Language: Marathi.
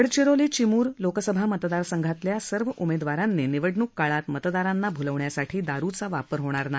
गडचिरोली चिमूर लोकसभा मतदार संघातल्या सर्व उमेदवारांनी निवडणूक काळात मतदारांना भूलवण्यासाठी दारुचा वापर होणार नाही